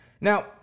Now